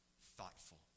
thoughtful